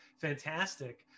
fantastic